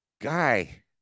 guy